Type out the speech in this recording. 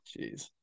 Jeez